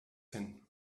hin